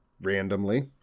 randomly